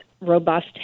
robust